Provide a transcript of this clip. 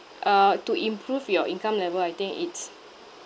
uh to improve your income level I think it's